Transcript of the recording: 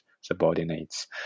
subordinates